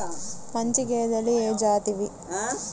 మంచి గేదెలు ఏ జాతివి?